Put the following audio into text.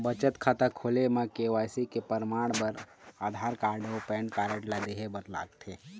बचत खाता खोले म के.वाइ.सी के परमाण बर आधार कार्ड अउ पैन कार्ड ला देहे बर लागथे